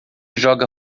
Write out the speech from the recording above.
joga